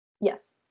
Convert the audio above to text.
Yes